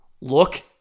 Look